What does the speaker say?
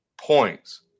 Points